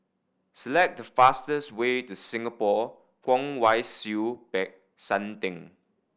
select the fastest way to Singapore Kwong Wai Siew Peck San Theng